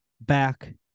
back